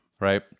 right